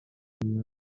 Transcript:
تیر